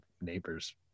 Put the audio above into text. neighbor's